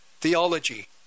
theology